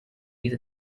these